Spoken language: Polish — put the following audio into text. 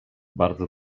bardzo